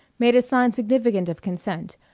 made a sign significant of consent,